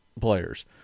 players